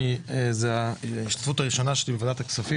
זו ההשתתפות הראשונה שלי בוועדת הכספים